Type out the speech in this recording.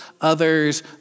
others